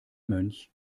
mönch